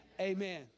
amen